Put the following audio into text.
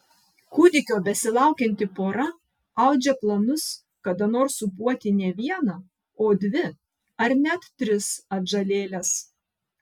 kūdikio besilaukianti pora audžia planus kada nors sūpuoti ne vieną o dvi ar net tris atžalėles